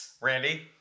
Randy